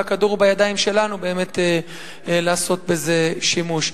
הכדור הוא בידיים שלנו באמת לעשות בזה שימוש.